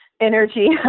energy